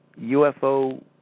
UFO